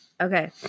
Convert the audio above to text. Okay